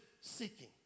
seeking